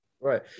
Right